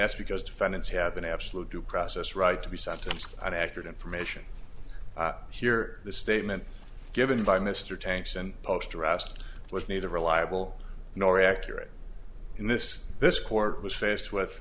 that's because defendants have an absolute due process right to be sentenced and accurate information here the statement given by mr tanks and post arrest was neither reliable nor accurate in this this court was faced with